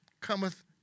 cometh